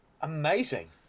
Amazing